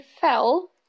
fell